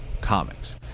comics